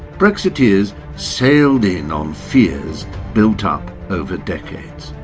brexiteers sailed in on fears built up over decades.